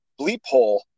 bleephole